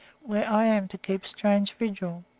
where i am to keep strange vigil.